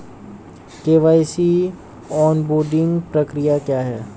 KYC onboarding प्रक्रिया क्या है?